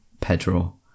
Pedro